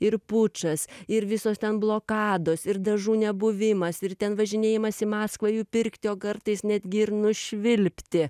ir pučas ir visos ten blokados ir dažų nebuvimas ir ten važinėjimas į maskvą jų pirkti o kartais netgi ir nušvilpti